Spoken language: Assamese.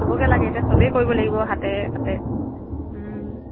সবকে লাগে এতিয়া সবেই কৰিব লাগিব হাতে পাতে